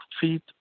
feet